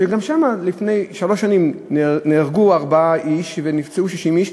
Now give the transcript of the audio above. שגם שם לפני שלוש שנים נהרגו ארבעה איש ונפצעו 60 איש,